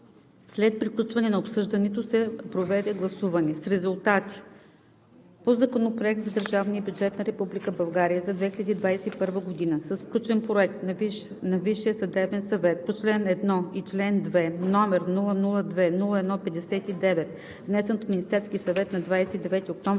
След приключване на обсъждането се проведе гласуване с резултати: 1. По Законопроект за държавния бюджет на Република България за 2021 г., с включен Проект на Висшия съдебен съвет по чл. 1 и чл. 2, № 002-01-59, внесен от Министерския съвет на 29 октомври